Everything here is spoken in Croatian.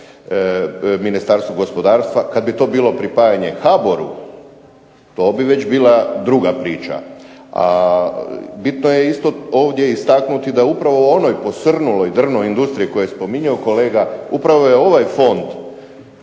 Ministarstvu gospodarstva. Kada bi to bilo pripajanje HBOR-u, to bi već bila druga priča. A bitno je ovdje isto istaknuti da upravo u onoj posrnuloj drvnoj industriji koju je spominjao kolega upravo je ovaj fond